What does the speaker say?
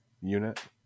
unit